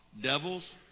devils